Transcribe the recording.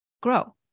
grow